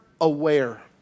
aware